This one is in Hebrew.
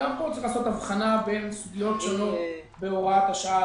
וגם פה צריך לעשות הבחנה בין סוגיות שונות בהוראת השעה.